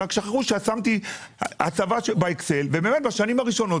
אבל שכחו שאני באמת גדל.